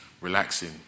relaxing